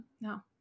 No